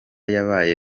yabaye